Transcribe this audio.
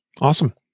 Awesome